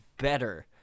better